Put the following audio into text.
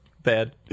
Bad